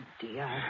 dear